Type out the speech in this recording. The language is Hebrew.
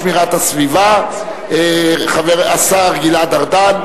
עברה בקריאה טרומית ותעבור לוועדת העבודה,